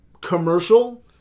commercial